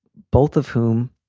both of whom